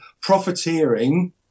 profiteering